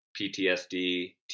PTSD